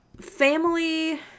Family